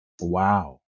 wow